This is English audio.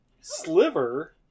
Sliver